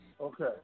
Okay